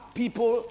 people